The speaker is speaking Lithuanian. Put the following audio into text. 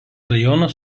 rajono